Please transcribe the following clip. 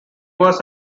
was